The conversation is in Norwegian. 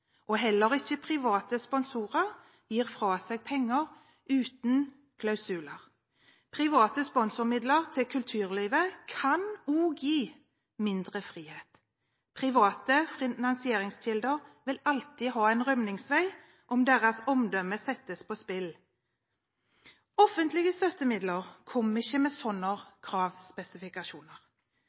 gir heller ikke fra seg penger uten klausuler. Private sponsormidler til kulturlivet kan også gi mindre frihet. Private finansieringskilder vil alltid ha en rømningsvei, om deres omdømme settes på spill. Offentlige støttemidler kommer ikke med slike kravspesifikasjoner.